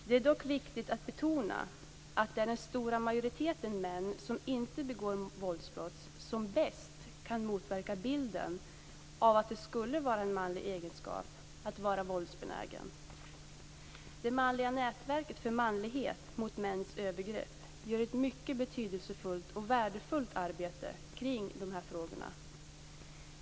Det är dock viktigt att betona att det är den stora majoriteten män som inte begår våldsbrott som bäst kan motverka bilden av att det skulle vara en manlig egenskap att vara våldsbenägen. Det manliga nätverket för manlighet, mot mäns övergrepp, gör ett mycket betydelsefullt och värdefullt arbete kring de här frågorna.